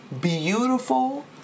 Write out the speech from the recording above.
beautiful